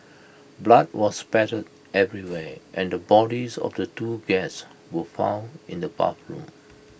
blood was spattered everywhere and the bodies of the two guests were found in the bathroom